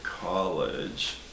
college